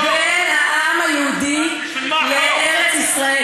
שבין העם היהודי לארץ-ישראל.